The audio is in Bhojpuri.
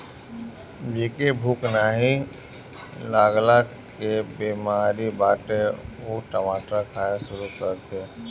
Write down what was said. जेके भूख नाही लागला के बेमारी बाटे उ टमाटर खाए शुरू कर दे